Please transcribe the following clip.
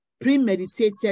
premeditated